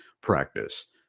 practice